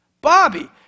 Bobby